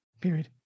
period